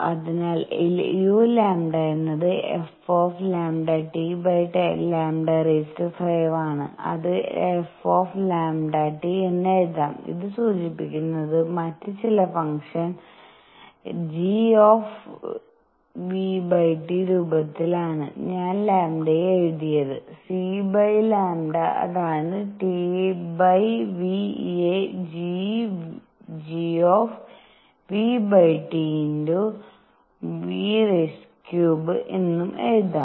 അതിനാൽ uλ എന്നത് fλTλ⁵ ആണ് അത് fλT എന്ന് എഴുതാം ഇത് സൂചിപ്പിക്കുന്നത് മറ്റ് ചില ഫംഗ്ഷൻ gvT രൂപത്തിലാണ് ഞാൻ λ യെ എഴുതിയത് cλഅതാണ് T v യെ gvTv³ എന്നും എഴുതാം